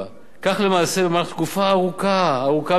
כך למעשה במהלך תקופה ארוכה, ארוכה מאוד,